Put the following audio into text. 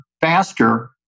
faster